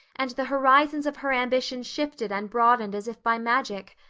and the horizons of her ambition shifted and broadened as if by magic.